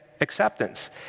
acceptance